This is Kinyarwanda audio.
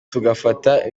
tugafata